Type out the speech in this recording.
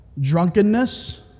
Drunkenness